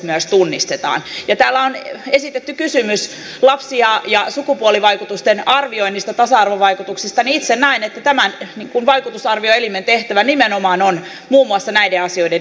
kun täällä on esitetty kysymys lapsi ja sukupuolivaikutusten arvioinnista ja tasa arvovaikutuksista niin itse näen että tämän vaikutusarvioelimen tehtävä nimenomaan on muun muassa näiden asioiden esille nostaminen